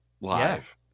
live